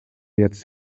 jetzt